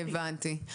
הבנתי.